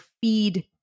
feed